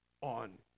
on